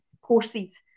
courses